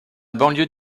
banlieue